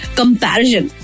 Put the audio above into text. comparison